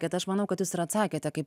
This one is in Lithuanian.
kad aš manau kad jūs atsakėte kaip